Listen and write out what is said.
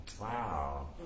Wow